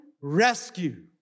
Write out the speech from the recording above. rescue